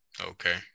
Okay